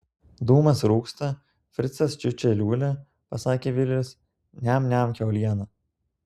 dūmas rūksta fricas čiūčia liūlia pasakė vilis niam niam kiaulieną